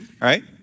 right